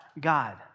God